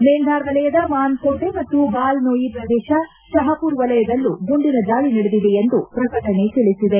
ಮೇಂಧಾರ್ ವಲಯದ ಮಾನ್ ಕೋಟೆ ಮತ್ತು ಬಾಲ್ ನೋಯಿ ಪ್ರದೇಶ ಶಹಾಪೂರ್ ವಲಯದಲ್ಲೂ ಗುಂಡಿನ ದಾಳ ನಡೆದಿದೆ ಎಂದು ಪ್ರಕಟಣೆ ತಿಳಿಸಿದೆ